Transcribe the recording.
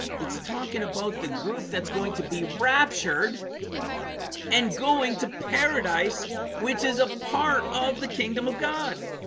it's talking about the group that's going to be raptured and going to paradise which is a part of the kingdom of god